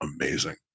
amazing